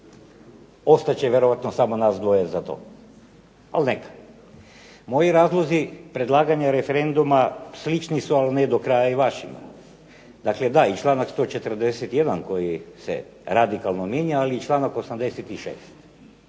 Ostat će vjerojatno samo nas dvoje za to, ali neka. Moji razlozi predlaganja referenduma slični su ali ne do kraja i vašima. Dakle da i članak 141. koji se radikalno mijenja, ali i članak 86.